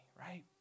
right